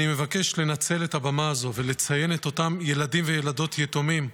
אני מבקש לנצל את הבמה הזאת ולציין את אותם ילדים וילדות יתומים,